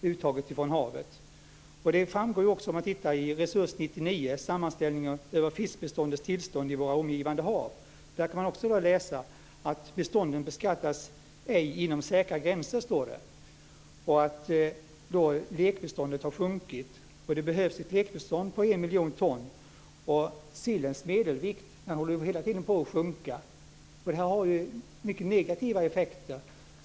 Det framgår också om man tittar i Resurs 99:s sammanställning över fiskbeståndets tillstånd i våra omgivande hav. Där kan man läsa att bestånden inte beskattas inom säkra gränser. Lekbeståndet har också sjunkit. Det behövs ett lekbestånd på en miljon ton, och sillens medelvikt sjunker hela tiden. Det här har mycket negativa effekter.